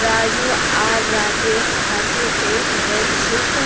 राजू आर राकेश भारतीय एवं वैश्विक